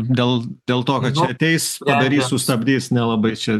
dėl dėl to kad čia ateis padarys sustabdys nelabai čia